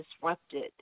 disrupted